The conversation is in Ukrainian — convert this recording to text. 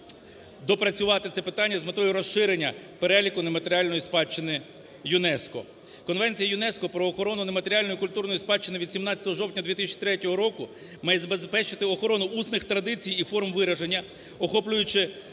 допрацювати це питання з метою розширення переліку нематеріальної спадщини ЮНЕСКО. Конвенція ЮНЕСКО про охорону нематеріальної культурної спадщини від 17 жовтня 2003 року має забезпечити охорону усних традицій і форм вираження, охоплюючи